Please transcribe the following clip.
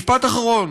משפט אחרון.